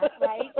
right